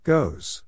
Goes